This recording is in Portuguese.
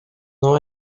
não